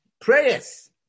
prayers